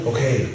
Okay